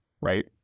right